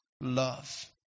love